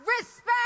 respect